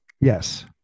Yes